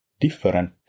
different